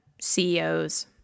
CEOs